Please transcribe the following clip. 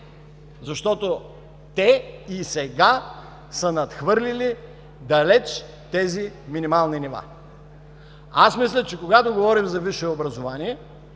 защото те и сега са надхвърлили далеч тези минимални нива. Мисля, че когато говорим за висше образование,